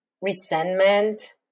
resentment